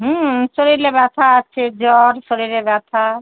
হুম শরীরে ব্যথা আছে জ্বর শরীরে ব্যথা